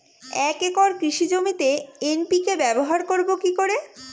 এক একর কৃষি জমিতে এন.পি.কে ব্যবহার করব কি করে?